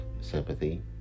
sympathy